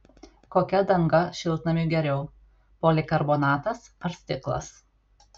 kokia danga šiltnamiui geriau polikarbonatas ar stiklas